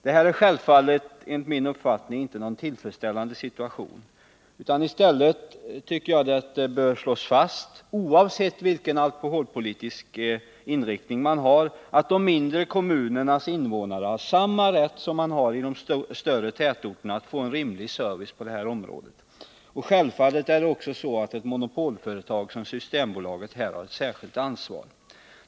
Detta är självfallet inte någon tillfredsställande situation. Det bör i stället slås fast — oavsett vilken alkoholpolitisk inriktning vi har — att de mindre kommunernas invånare har samma rätt som man har i de större tätorterna att få en rimlig service på detta område. Självfallet är det också så att ett monopolföretag som Systembolaget här har ett särskilt ansvar.